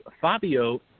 fabio